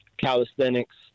calisthenics